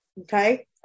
Okay